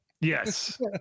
Yes